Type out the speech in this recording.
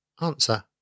Answer